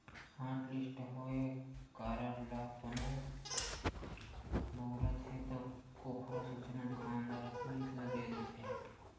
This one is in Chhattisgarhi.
हॉटलिस्ट होए कारड ल कोनो बउरत हे त ओखर सूचना दुकानदार ह पुलिस ल दे देथे